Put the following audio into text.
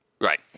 Right